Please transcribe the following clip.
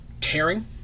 tearing